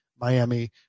Miami